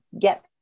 get